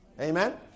Amen